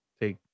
take